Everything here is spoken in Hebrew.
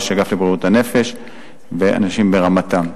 ראש האגף לבריאות הנפש ואנשים ברמתם.